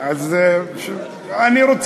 אני מתנצלת.